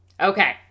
Okay